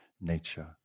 nature